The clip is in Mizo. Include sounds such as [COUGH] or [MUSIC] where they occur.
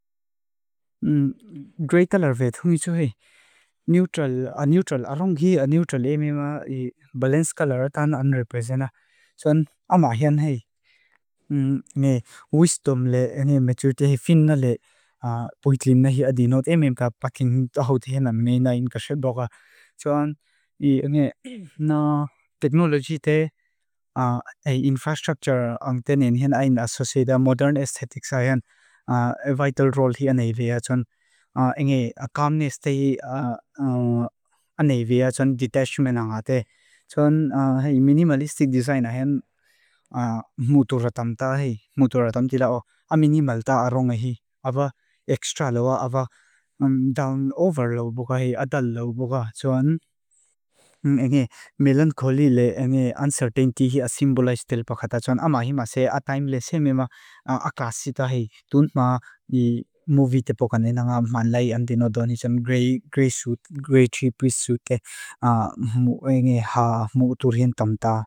[HESITATION] Greytalar veith hunitsu hei. Neutral, a-neutral, aarhungi a-neutral emema balans kalara tan unrepresenta. Soan ama hian hei. Nge wisdom le, nge maturity hei finna le, poitlim nahi adinot emem ka paking tahut hiena meina inkasheboga. Soan nge [HESITATION] [NOISE] technology te, [HESITATION] infrastructure ang tenein hina aina asoseeda, modern aesthetics a hian, a vital role hi aneiwea. Soan nge calmness te hi [HESITATION] aneiwea. Soan detachment ang aate. Soan hei minimalistic design a hian, muturatam ta hei. Muturatam tila o, a minimal ta aarhunga hei, awa extra lawa, awa down over lawa boga hei, a dal lawa boga. Soan nge [HESITATION] melancholy le, nge uncertainty hi a symbolize telpa kata. Soan ama hima se a time le semema akasi ta hei. Tunt ma movie te poka nina nga manlai andinodonisam, grey suit, grey tree priest suit ke [HESITATION] [UNINTELLIGIBLE] ha mutur hientam ta.